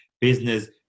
business